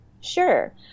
Sure